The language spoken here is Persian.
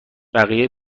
بقیه